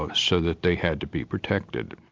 ah so that they had to be protected.